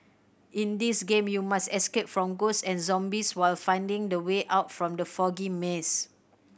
in this game you must escape from ghosts and zombies while finding the way out from the foggy maze